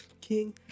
King